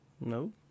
No